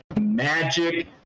magic